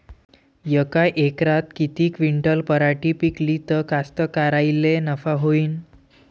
यका एकरात किती क्विंटल पराटी पिकली त कास्तकाराइले नफा होईन?